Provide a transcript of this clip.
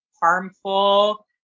harmful